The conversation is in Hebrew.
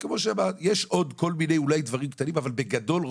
יש אולי עוד כל מיני דברים קטנים אבל בגדול,